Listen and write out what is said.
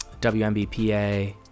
WMBPA